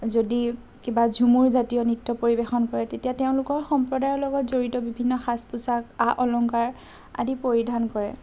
যদি কিবা ঝুমুৰজাতীয় নৃত্য পৰিৱেশন কৰে তেতিয়া তেওঁলোকৰ সম্প্ৰদায়ৰ লগত জড়িত বিভিন্ন সাজ পোছাক আ অলংকাৰ আদি পৰিধান কৰে